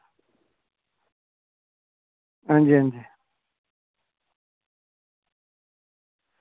अंजी अंजी